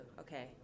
Okay